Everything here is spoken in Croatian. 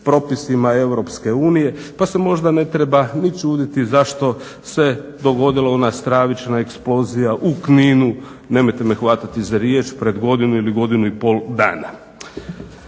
propisima Europske unije pa se možda ne treba ni čuditi zašto se dogodila ona stravična eksplozija u Kninu, nemojte me hvatati za riječ pred godinu ili godinu i pol dana.